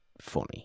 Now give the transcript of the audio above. funny